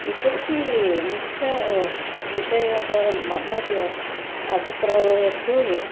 इतोपि मुख्यः विषयः मम अभिप्रायः तु